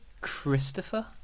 Christopher